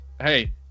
hey